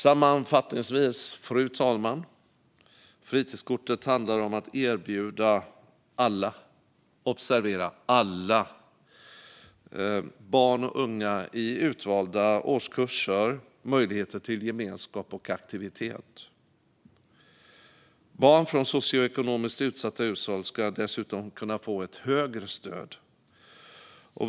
Sammanfattningsvis, fru talman: Fritidskortet handlar om att erbjuda alla - observera: alla - barn och unga i utvalda årskurser möjligheter till gemenskap och aktivitet. Barn från socioekonomiskt utsatta hushåll ska dessutom kunna få ett högre stöd.